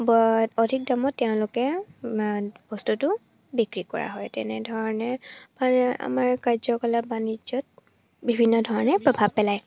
অধিক দামত তেওঁলোকে বস্তুটো বিক্ৰী কৰা হয় তেনেধৰণে আমাৰ কাৰ্যকলাপ বাণিজ্যত বিভিন্ন ধৰণে প্ৰভাৱ পেলায়